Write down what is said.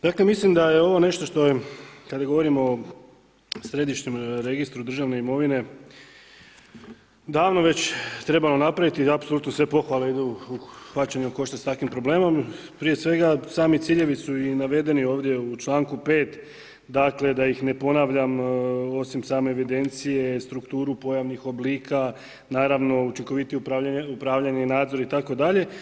Dakle mislim da je ovo nešto što je kada govorimo o središnjem registru državne imovine davno već trebalo napraviti i apsolutno sve pohvale idu u hvaćanje u koštac s takvim problemom, prije svega sami ciljevi su i navedeni ovdje u članku 5., dakle da ih ne ponavljam, osim same evidencije, strukturu pojavnih oblika, naravno učinkovitije upravljanje i nadzor itd.